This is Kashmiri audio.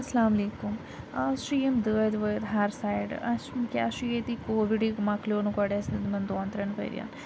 اسلامُ علیکُم آز چھِ یِم دٲدۍ وٲدۍ ہر سایڈٕ اَسہِ چھُنہٕ کینٛہہ اَسہِ چھُ ییٚتی کووِڈ یہِ مۄکلیو نہٕ گۄڈٕ اَسہِ تِمَن دۄن تریٚن ؤریَن